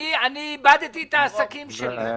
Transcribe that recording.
נניח שאני איבדתי את העסקים שלי.